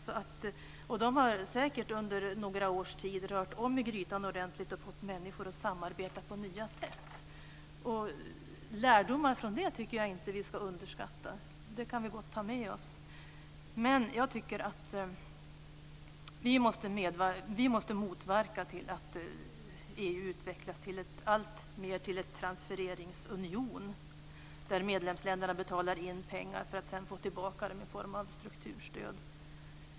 Man har säkert rört om i grytan ordentligt under några år och fått människor att samarbeta på nya sätt. Lärdomarna från detta tycker jag inte att vi ska underskatta. Dem kan vi gott ta med oss. Jag tycker dock att vi måste motverka att EU alltmer utvecklas till en transfereringsunion som medlemsländerna betalar in pengar till för att sedan få dem tillbaka i form av strukturstöd.